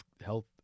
health